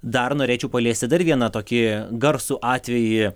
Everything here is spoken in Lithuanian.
dar norėčiau paliesti dar vieną tokį garsų atvejį